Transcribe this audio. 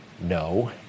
No